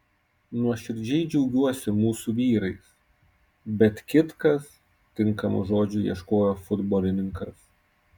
nuoširdžiai džiaugiuosi mūsų vyrais bet kitkas tinkamų žodžių ieškojo futbolininkas